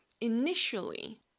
initially